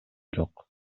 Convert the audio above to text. жок